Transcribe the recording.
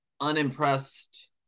unimpressed